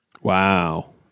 Wow